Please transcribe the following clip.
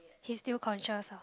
he's still conscious ah